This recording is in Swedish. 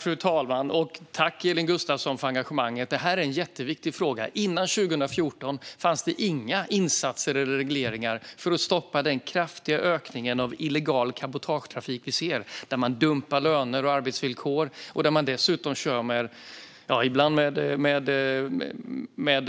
Fru talman! Tack, Elin Gustafsson, för engagemanget! Det här är en jätteviktig fråga. Före 2014 fanns det inga insatser eller regleringar för att stoppa den kraftiga ökningen av illegal cabotagetrafik. Man dumpar löner och arbetsvillkor och kör dessutom ibland